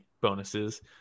bonuses